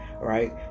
right